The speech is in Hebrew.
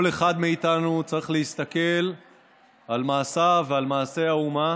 כל אחד מאיתנו צריך להסתכל על מעשיו ועל מעשי האומה